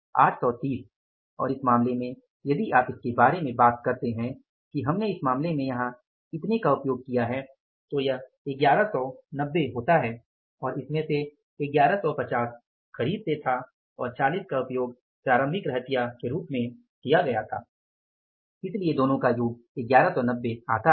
830 और इस मामले में यदि आप इसके बारे में बात करते हैं कि हमने इस मामले में यहां इतने का उपयोग किया है तो यह 1190 होता है और इसमें से 1150 खरीद से था और 40 का उपयोग प्रारंभिक रहतिया के रूप में किया गया था इसलिए यह 1190 आता है